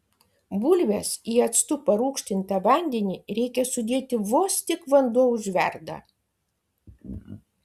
bulves į actu parūgštintą vandenį reikia sudėti vos tik vanduo užverda